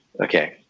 Okay